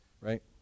Right